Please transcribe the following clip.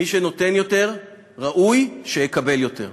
מי שנותן יותר, ראוי שיקבל יותר.